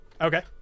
Okay